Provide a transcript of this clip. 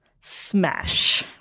smash